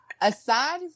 aside